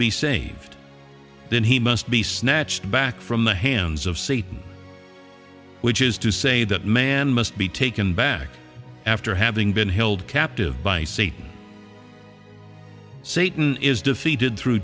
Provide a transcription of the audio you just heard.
be saved then he must be snatched back from the hands of see which is to say that man must be taken back after having been held captive by satan satan is defeated through